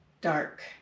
dark